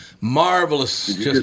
Marvelous